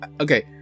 Okay